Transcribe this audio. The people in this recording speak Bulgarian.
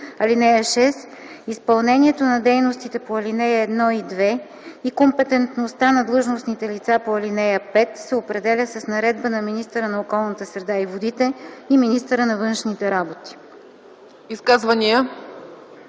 водите. (6) Изпълнението на дейностите по ал. 1 и 2 и компетентността на длъжностните лица по ал. 5 се определя с наредба на министъра на околната среда и водите и министъра на външните работи.”